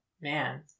man